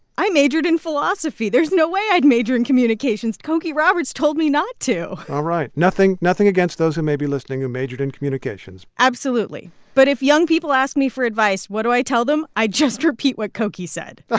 i majored in philosophy. there's no way i'd major in communications. cokie roberts told me not to all right nothing nothing against those who may be listening who majored in communications absolutely. but if young people ask me for advice, what do i tell them? i just repeat what cokie said but